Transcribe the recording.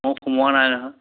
মোৰ সোমোৱা নাই নহয়